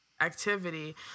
activity